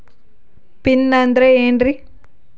Pin ಅಂದ್ರೆ ಏನ್ರಿ?